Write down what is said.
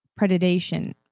predation